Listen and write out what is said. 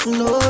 no